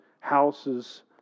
houses